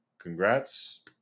Congrats